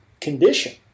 condition